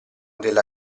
della